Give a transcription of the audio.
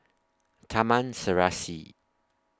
Taman Serasi